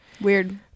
Weird